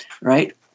Right